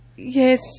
Yes